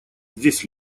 здесь